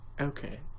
Okay